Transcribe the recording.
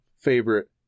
favorite